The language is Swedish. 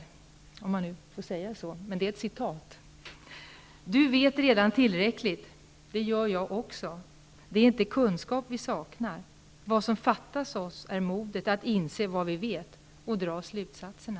Jag hoppas att man får säga det, men det är ju ett citat. ''Du vet redan tillräckligt. Det gör jag också. Det är inte kunskap vi saknar. Vad som fattas oss är modet att inse vad vi vet och dra slutsatserna.''